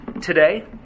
Today